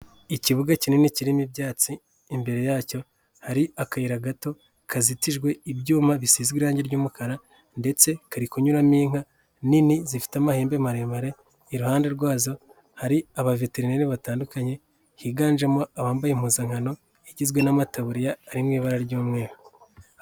Ikibuga kinini kirimo ibyatsi imbere yacyo hari akayira gato kazitijwe ibyuma bisize irangi ry'umukara ndetse kari kunyuramo inka nini zifite amahembe maremare, iruhande rwazo hari abaveterineri batandukanye higanjemo abambaye impuzankano igizwe n'amataburiya ari mu ibara ry'umweru.